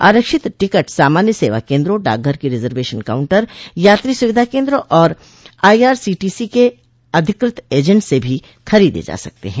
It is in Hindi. आरिक्षत टिकट सामान्य सेवा केन्द्रों डाकघर के रिजर्वेशन काउंटर यात्री सुविधा केन्द्र और I R C T C के अधिकृत एजेंट से भी खरीदे जा सकते हैं